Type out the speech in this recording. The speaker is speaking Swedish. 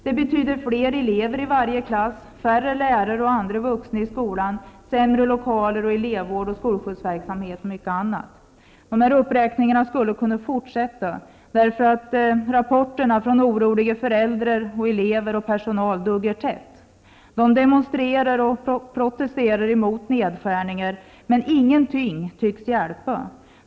Det betyder fler elever i varje klass, färre lärare och andra vuxna i skolan, sämre lokaler, sämre elevvård, sämre skolskjutsverksamhet och mycket annat. Uppräkningen skulle kunna fortsätta. Rapporterna från oroliga föräldrar, elever och personal duggar tätt. De demonstrerar och protesterar mot nedskärningarna. Men ingenting tycks hjälpa.